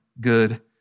good